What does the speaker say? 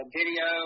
video